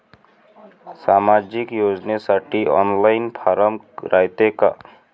सामाजिक योजनेसाठी online form रायते का?